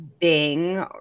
Bing